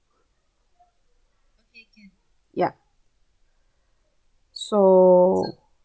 ya so